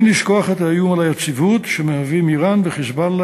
אין לשכוח את האיום על היציבות שמהווים איראן ו"חיזבאללה",